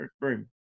room